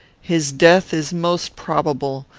his death is most probable,